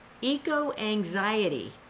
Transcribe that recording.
eco-anxiety